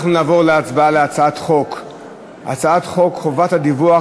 אנחנו נעבור להצבעה על הצעת חוק חובת הדיווח